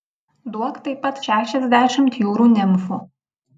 duok taip pat šešiasdešimt jūrų nimfų